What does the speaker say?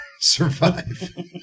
survive